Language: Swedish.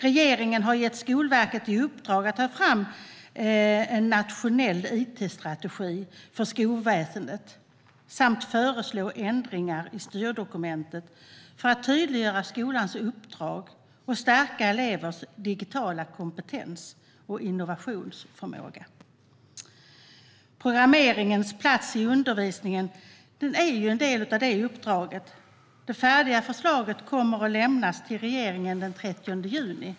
Regeringen har gett Skolverket i uppdrag att ta fram en nationell itstrategi för skolväsendet samt föreslå ändringar i styrdokumentet för att tydliggöra skolans uppdrag och stärka elevers digitala kompetens och innovationsförmåga. Programmeringens plats i undervisningen är en del av det uppdraget. Det färdiga förslaget kommer att lämnas till regeringen den 30 juni.